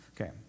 Okay